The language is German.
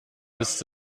ist